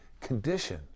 condition